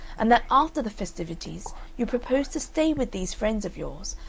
and that after the festivities you propose to stay with these friends of yours,